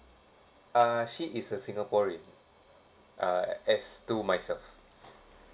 uh she is a singaporean uh as to myself